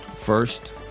First